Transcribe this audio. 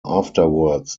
afterwards